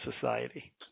society